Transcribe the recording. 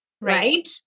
right